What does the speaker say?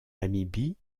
namibie